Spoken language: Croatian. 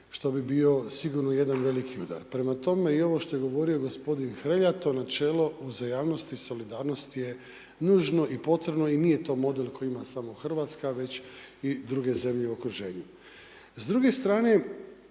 što bi bio sigurno jedan veliki udar. Prema tome i ovo što je govorio gospodin Hrelja to načelo uzajamnosti i solidarnosti je nužno i potrebno i nije to model koji ima samo Hrvatska već i druge zemlje u okruženju. S druge strane